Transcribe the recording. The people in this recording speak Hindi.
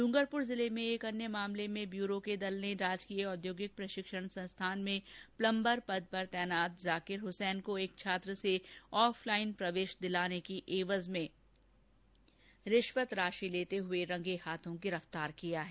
डूंगरपुर जिले में एक अन्य मामले में ब्यूरो के दल ने राजकीय औद्योगिक प्रशिक्षण संस्थान में प्लम्बर पद पर तैनात जाकिर हसैन को छात्र से आफ लाइन प्रवेश दिलाने की एवज में रिश्वत राशि लेते रंगे हाथों गिरफ्तार किया है